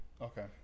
Okay